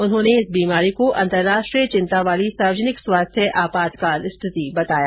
उन्होंने इस बीमारी को अंतराष्ट्रीय चिंता वाली सार्वजनिक स्वास्थ्य आपातकाल स्थिति बताया